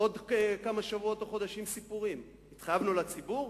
בעוד כמה חודשים סיפורים: התחייבנו לציבור?